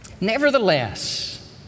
nevertheless